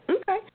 Okay